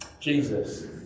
Jesus